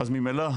אז ממילא,